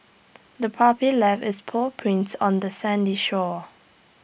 the puppy left its paw prints on the sandy shore